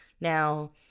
Now